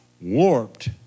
warped